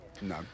No